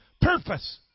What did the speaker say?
purpose